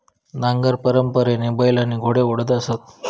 नांगर परंपरेने बैल आणि घोडे ओढत असत